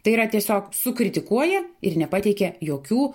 tai yra tiesiog sukritikuoja ir nepateikia jokių